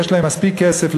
יש לה מספיק כסף,